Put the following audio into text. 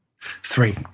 Three